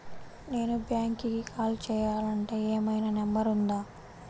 నేను బ్యాంక్కి కాల్ చేయాలంటే ఏమయినా నంబర్ ఉందా?